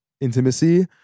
intimacy